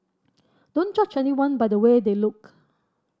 don't judge anyone by the way they look